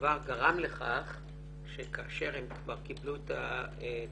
הדבר גרם לכך שכאשר הם כבר קיבלו את הטיוטה,